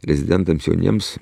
rezidentams jauniems